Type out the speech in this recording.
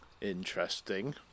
Interesting